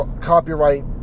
copyright